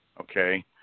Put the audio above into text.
Okay